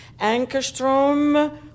Ankerstrom